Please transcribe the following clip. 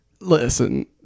Listen